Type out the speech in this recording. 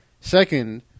Second –